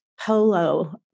polo